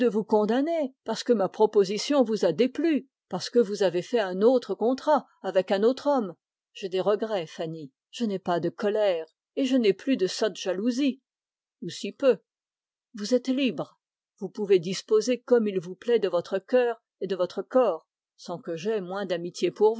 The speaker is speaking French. parce que ma proposition vous a déplu parce que vous avez fait un autre contrat avec un autre homme j'ai des regrets fanny je n'ai pas de colère et je n'ai plus de sotte jalousie ou si peu vous pouvez disposer comme il vous plaît de votre cœur et de votre corps sans que j'aie moins d'amitié pour